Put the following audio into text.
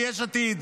ביש עתיד,